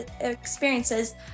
experiences